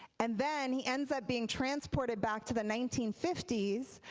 and then he ends up being transported back to the nineteen fifty s.